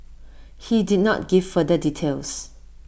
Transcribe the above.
he did not give further details